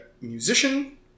musician